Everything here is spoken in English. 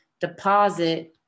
deposit